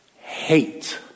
hate